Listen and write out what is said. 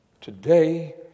Today